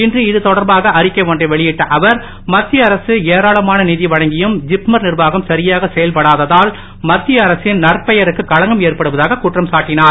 இன்று இது தொடர்பாக அறிக்கை ஒன்றை வெளியிட்ட அவர் மத்திய அரசு ஏராளாமான நிதி வழங்கியும் ஜிப்மர் நிர்வாகம் சரியாக செயல்படாததால் மத்திய அரசின் நற்பெயருக்கு களங்கம் ஏற்படுவதாக குற்றம் சாட்டினார்